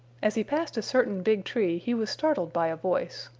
as he passed a certain big tree he was startled by a voice.